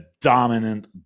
dominant